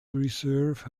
reserve